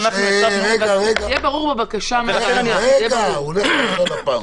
הבקשה שלנו,